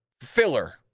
filler